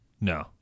No